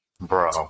Bro